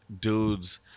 dudes